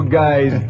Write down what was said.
guys